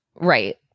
Right